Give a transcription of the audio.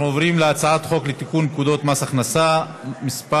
אנחנו עוברים להצעת חוק לתיקון פקודת מס הכנסה (מס'